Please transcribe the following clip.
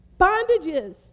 Bondages